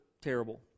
terrible